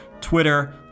Twitter